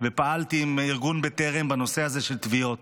ופעלתי עם ארגון בטרם בנושא הזה של טביעות.